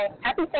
Happy